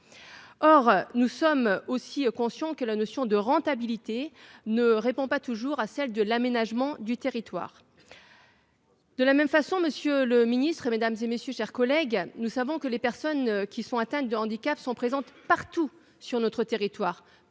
Or nous sommes aussi conscients que la notion de rentabilité ne répond pas toujours à celle de l'aménagement du territoire. De la même façon. Monsieur le Ministre Mesdames et messieurs, chers collègues, nous savons que les personnes qui sont atteintes de handicap sont présentes partout sur notre territoire